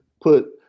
put